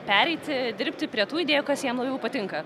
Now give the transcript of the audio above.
pereiti dirbti prie tų idėjų kas jiem labiau patinka